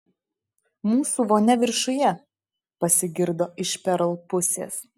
mūsų vonia viršuje pasigirdo iš perl pusės